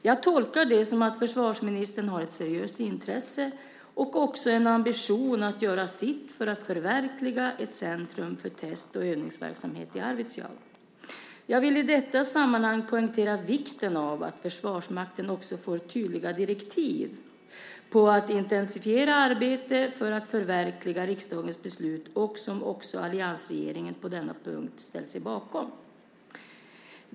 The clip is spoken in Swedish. Jag tolkar det som att försvarsministern har ett seriöst intresse och också en ambition att göra sitt för att förverkliga ett centrum för test och övningsverksamhet i Arvidsjaur. Jag vill i detta sammanhang poängtera vikten av att Försvarsmakten också får tydliga direktiv att intensifiera arbetet för att förverkliga riksdagens beslut, något som också alliansregeringen ställt sig bakom på denna punkt.